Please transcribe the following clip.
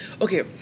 okay